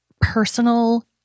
personal